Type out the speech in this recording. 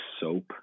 soap